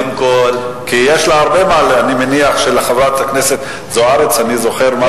אני מניח שלחברת הכנסת זוארץ יש הרבה מה לומר.